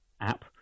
app